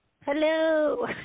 hello